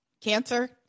cancer